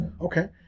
Okay